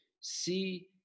see